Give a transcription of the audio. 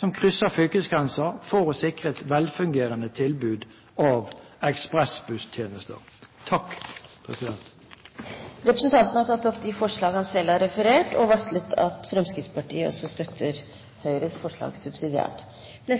som krysser fylkesgrenser for å sikre et velfungerende tilbud av ekspressbusstjenester.» Representanten Arne Sortevik har tatt opp de forslag han refererte til, og varslet at Fremskrittspartiet støtter Høyres forslag subsidiært. Nå